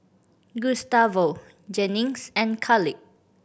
Gustavo Jennings and Khalid